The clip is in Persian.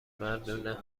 مردونه